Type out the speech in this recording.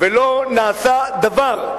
ולא נעשה דבר,